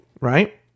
right